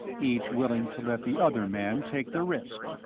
each willing to let the other man take the risk.